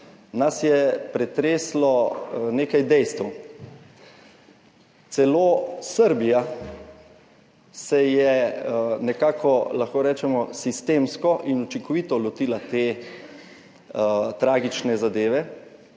nas je pretreslo nekaj dejstev. Celo Srbija se je nekako, lahko rečemo, sistemsko in učinkovito lotila te tragične zadeve